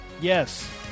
Yes